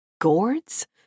Gourds